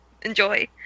Enjoy